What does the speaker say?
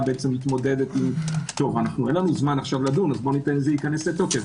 מתמודדת אין לנו זמן לדון אז ניתן לזה להיכנס לתוקף,